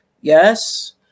Yes